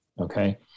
okay